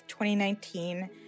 2019